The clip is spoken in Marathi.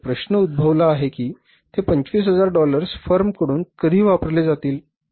आता एक प्रश्न उद्भवला आहे की ते 25000 डॉलर्स फर्मकडून कधी वापरले जातील